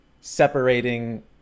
separating